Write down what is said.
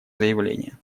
заявление